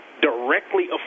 Directly